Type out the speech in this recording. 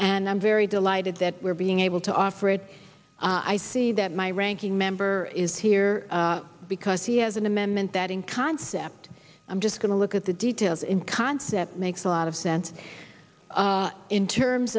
and i'm very delighted that we're being able to offer it i see that my ranking member is here because he has an amendment that in concept i'm just going to look at the details in concept makes a lot of sense in terms